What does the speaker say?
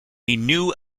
new